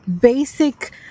basic